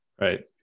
Right